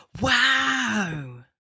Wow